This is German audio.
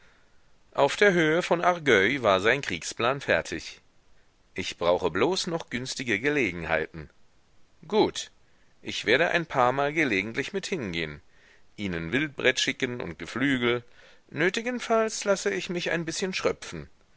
auf der höhe von argueil war sein kriegsplan fertig ich brauche bloß noch günstige gelegenheiten gut ich werde ein paarmal gelegentlich mit hingehen ihnen wildbret schicken und geflügel nötigenfalls lasse ich mich ein bißchen schröpfen